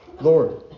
Lord